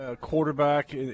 quarterback